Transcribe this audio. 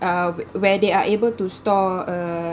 uh where they are able to store a